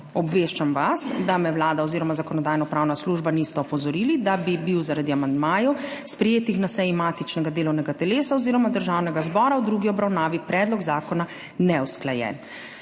Obveščam vas, da me Vlada oziroma Zakonodajno-pravna služba nista opozorili, da bi bil zaradi amandmajev, sprejetih na seji matičnega delovnega telesa oziroma Državnega zbora v drugi obravnavi, predlog zakona neusklajen,